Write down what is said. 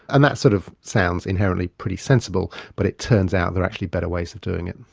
and that sort of sounds inherently pretty sensible but it turns out there are actually better ways of doing it.